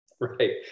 Right